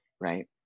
right